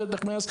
גברת נחמיאס,